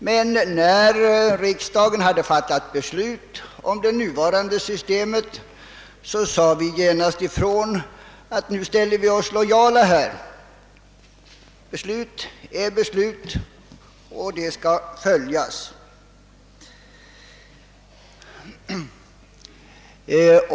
Men när riksdagen hade fattat beslut om det nuvarande systemet deklarerade vi att vi ställde oss lojala; beslut av denna art måste följas, eftersom det inte går att bryta sönder ett redan etablerat system.